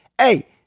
Hey